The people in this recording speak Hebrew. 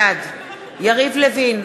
בעד יריב לוין,